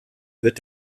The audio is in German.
wird